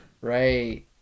Right